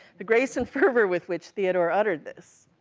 the grace and fervor with which theodore uttered this,